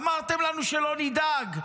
אמרתם לנו שלא נדאג,